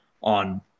on